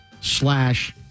slash